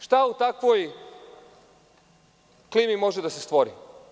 Šta u takvoj klimi može da se stvori?